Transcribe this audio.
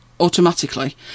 automatically